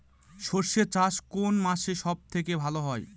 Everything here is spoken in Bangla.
সর্ষে চাষ কোন মাসে সব থেকে ভালো হয়?